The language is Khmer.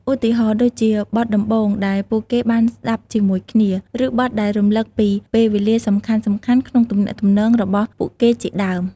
ឧទាហរណ៍ ដូចជាបទដំបូងដែលពួកគេបានស្តាប់ជាមួយគ្នា ឬបទដែលរំឭកពីពេលវេលាសំខាន់ៗក្នុងទំនាក់ទំនងរបស់ពួកគេជាដើម។